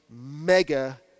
mega